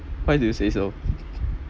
why do you say so